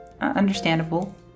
Understandable